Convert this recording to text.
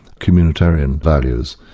communitarian values,